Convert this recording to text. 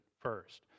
first